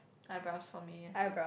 eyebrows for me as well